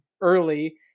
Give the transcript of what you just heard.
early